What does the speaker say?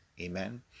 Amen